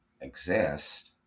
exist